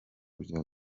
bya